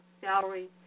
Salary